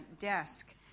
desk